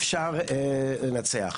אפשר לנצח.